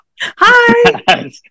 Hi